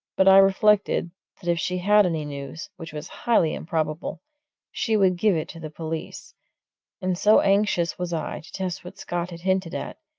but i reflected that if she had any news which was highly improbable she would give it to the police and so anxious was i to test what scott had hinted at,